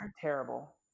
terrible